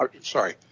sorry